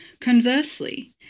Conversely